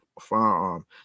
firearm